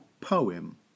poem